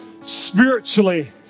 spiritually